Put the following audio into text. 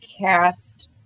cast